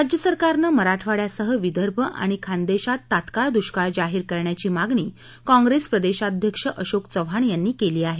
राज्य शासनानं मराठवाड्यासह विदर्भ आणि खानदेशात मध्ये तात्काळ दुष्ळाळ जाहीर करण्याची मागणी काँप्रेस प्रदेशाध्यक्ष खासदार अशोक चव्हाण यांनी केली आहे